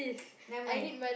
never mind